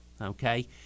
okay